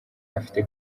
afite